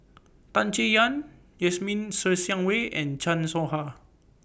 Tan Chay Yan Jasmine Ser Xiang Wei and Chan Soh Ha